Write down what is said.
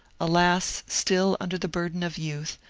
alas, still under the burden of youth,